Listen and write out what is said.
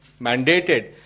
mandated